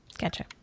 Gotcha